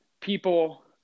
People